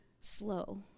slow